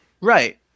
Right